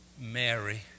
Mary